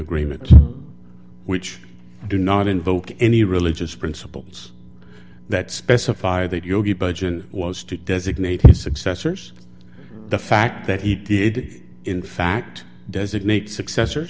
agreement which do not invoke any religious principles that specify that yogi budge and wants to designate his successors the fact that he did in fact designate successor